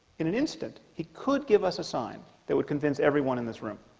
in an instant he could give us a sign that would convince everyone in this room